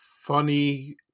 funny